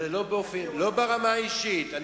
לא ברמה האישית.